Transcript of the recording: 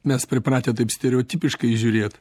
mes pripratę taip stereotipiškai žiūrėt